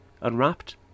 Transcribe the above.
unwrapped